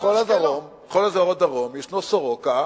יש "סורוקה".